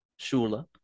Shula